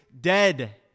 dead